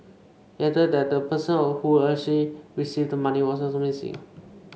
he added that the person who received the money was also missing